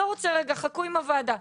לא רוצה רגע, חכו עם הוועדה'.